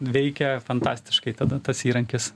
veikia fantastiškai tada tas įrankis